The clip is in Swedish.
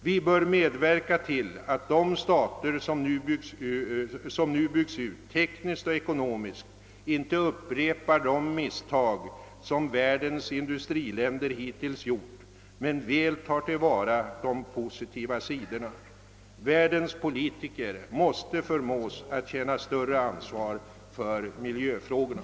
Vi bör medverka till att de stater, som nu byggs ut tekniskt och ekonomiskt, inte upprepar de misstag, som världens industriländer = hittills gjort, utan väl tar till vara de positiva sidorna. Världens politiker måste förmås att känna större ansvar för miljöfrågorna.